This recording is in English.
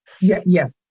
Yes